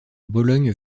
bologne